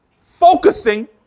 focusing